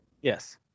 Yes